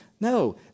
No